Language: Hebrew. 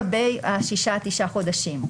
זה לגבי השישה-תשעה חודשים.